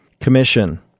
Commission